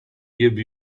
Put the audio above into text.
give